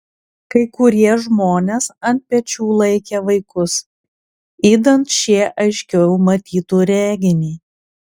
kai kurie žmonės ant pečių laikė vaikus idant šie aiškiau matytų reginį